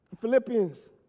Philippians